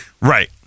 Right